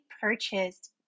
purchased